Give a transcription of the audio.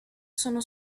sono